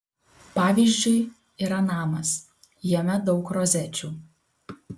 pavyzdžiui yra namas jame daug rozečių